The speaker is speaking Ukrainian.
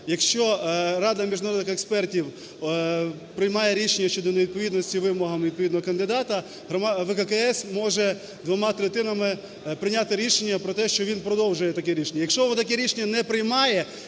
Якщо Рада міжнародних експертів приймає рішення щодо невідповідності вимогам відповідного кандидата, ВККС може двома третинами прийняти рішення про те, що він продовжує таке рішення. Якщо він таке рішення не приймає